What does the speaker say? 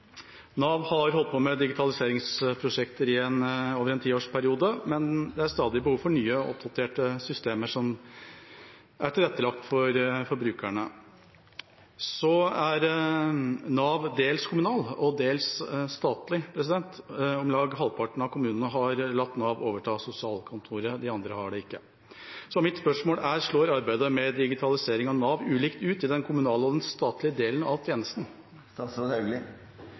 Nav har holdt på med digitaliseringsprosjekter over en tiårsperiode, men det er stadig behov for nye og oppdaterte systemer som er tilrettelagt for brukerne. Nav er dels kommunal og dels statlig. Om lag halvparten av kommunene har latt Nav overta sosialkontoret, de andre har det ikke. Så mitt spørsmål er: Slår arbeidet med digitalisering av Nav ulikt ut i den kommunale og den statlige delen av tjenesten?